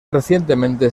recientemente